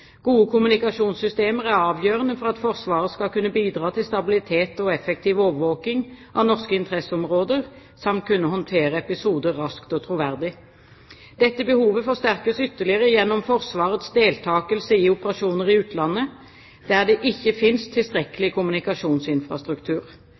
Gode kommunikasjonssystemer er avgjørende for at Forsvaret skal kunne bidra til stabilitet og effektiv overvåking av norske interesseområder, samt kunne håndtere episoder raskt og troverdig. Dette behovet forsterkes ytterligere gjennom Forsvarets deltakelse i operasjoner i utlandet, der det ikke